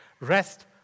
Rest